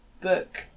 book